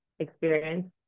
experience